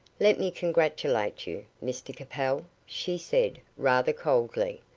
let me congratulate you, mr capel, she said, rather coldly.